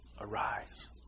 arise